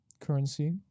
currency